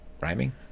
rhyming